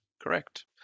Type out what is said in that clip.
Correct